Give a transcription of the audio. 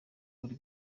uri